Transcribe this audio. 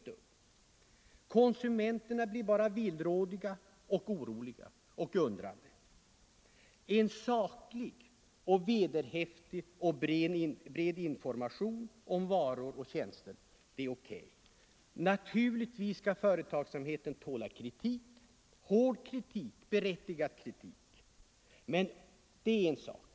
I Konsumenterna blir bara villrådiga och undrande. Ansvar för ekono En saklig, vederhäftig och bred information om varor och tjänster är — miskt förtal OK. Naturligtvis skall företagsamheten tåla kritik, hård och berättigad kritik. Det är en sak.